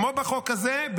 כמו בחוק הזה,